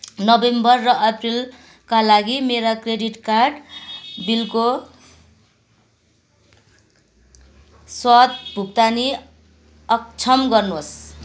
November र एप्रिलका लागि मेरो क्रेडिट कार्ड बिलको स्वत भुक्तानी अक्षम गर्नुहोस्